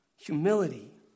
humility